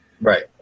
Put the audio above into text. Right